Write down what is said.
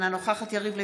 אינה נוכחת יריב לוין,